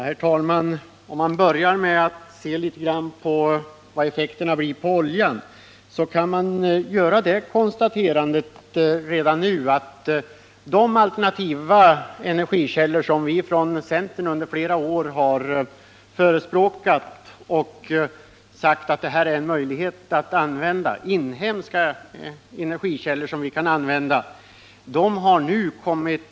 Herr talman! Om vi börjar med att se litet grand på prishöjningens effekter på oljan, kan vi redan nu konstatera att de inhemska alternativa energikällor som vi från centern under flera år har förespråkat nu har blivit lönsamma. Jag tänker på ved och torv.